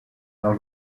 leur